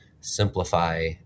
simplify